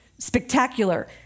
Spectacular